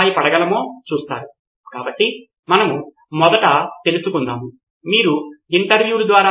మీరు చూడగలిగే రెండు స్టికీ నోట్స్ ఉన్నాయి వాటికి ఈ రోజు మనం పరిష్కరించబోయే సమస్య యొక్క పరిస్థితులు ఉన్నాయి